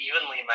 evenly